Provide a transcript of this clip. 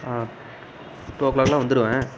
ஆ two ஓ க்ளாக்லாம் வந்துடுவேன்